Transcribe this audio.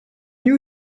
you